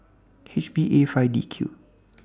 H B A five D Q